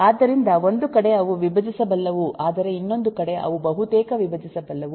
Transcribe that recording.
ಆದ್ದರಿಂದ ಒಂದು ಕಡೆ ಅವು ವಿಭಜಿಸಬಲ್ಲವು ಆದರೆ ಇನ್ನೊಂದು ಕಡೆ ಅವು ಬಹುತೇಕ ವಿಭಜಿಸಬಲ್ಲವು